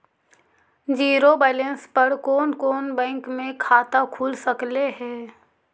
Zero balance पर कोन कोन बैंक में खाता खुल सकले हे?